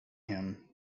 him